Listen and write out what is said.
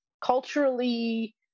culturally